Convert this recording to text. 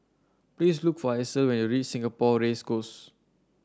please look for Hasel when you reach Singapore Race Course